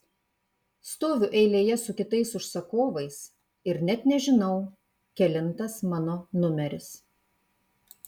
stoviu eilėje su kitais užsakovais ir net nežinau kelintas mano numeris